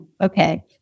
Okay